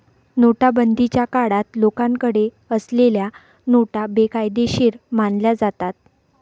नोटाबंदीच्या काळात लोकांकडे असलेल्या नोटा बेकायदेशीर मानल्या जातात